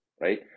right